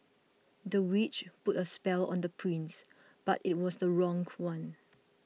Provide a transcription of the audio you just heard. the witch put a spell on the prince but it was the wrong one